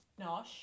Nosh